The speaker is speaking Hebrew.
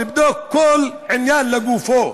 לבדוק כל עניין לגופו.